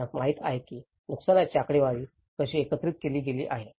आपणास माहित आहे की नुकसानीची आकडेवारी कशी एकत्रित केली गेली आहे